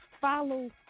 Follow